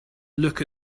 look